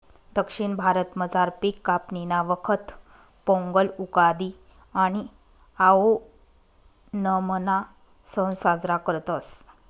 दक्षिण भारतामझार पिक कापणीना वखत पोंगल, उगादि आणि आओणमना सण साजरा करतस